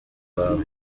wawe